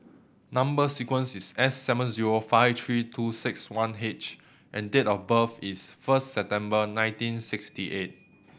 number sequence is S seven zero five three two six one H and date of birth is first September nineteen sixty eight